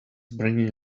bringing